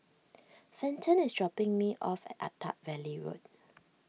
Fenton is dropping me off at Attap Valley Road